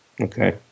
Okay